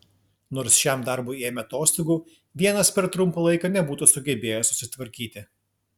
nors šiam darbui ėmė atostogų vienas per trumpą laiką nebūtų sugebėjęs susitvarkyti